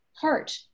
heart